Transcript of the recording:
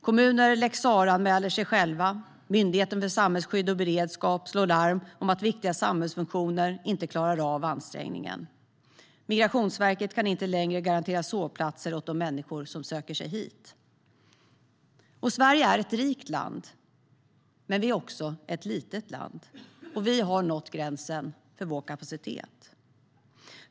Kommuner lex Sarah-anmäler sig själva, Myndigheten för samhällsskydd och beredskap slår larm om att viktiga samhällsfunktioner inte klarar av ansträngningen. Migrationsverket kan inte längre garantera sovplatser åt de människor som söker sig hit. Sverige är ett rikt land, men det är också ett litet land. Vi har nått gränsen för vår kapacitet.